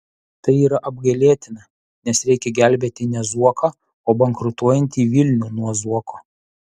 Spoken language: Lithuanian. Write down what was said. tai yra apgailėtina nes reikia gelbėti ne zuoką o bankrutuojantį vilnių nuo zuoko